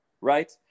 right